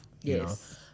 Yes